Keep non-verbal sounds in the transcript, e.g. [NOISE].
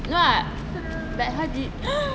no lah like how did [NOISE]